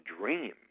dream